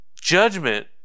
Judgment